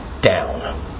down